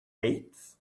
eighth